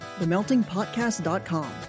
themeltingpodcast.com